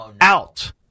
Out